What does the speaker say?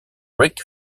ric